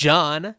John